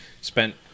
spent